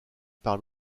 par